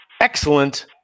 excellent